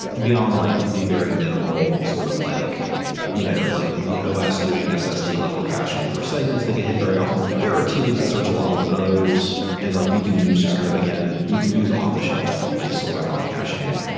beyond like the very minimal sort of like you know like the os doing ssd level caching for segments that get hit very often, there are teams that search a lot more than others and like you can use this kind of again, you can use off-the-shelf like solar cloud caching.